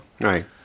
Right